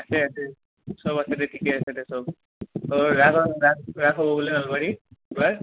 আছে আছে সব আছে দে ঠিকে আছে দে সব অঁ ৰাস হ'ব বোলে নলবাৰীত